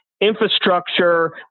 infrastructure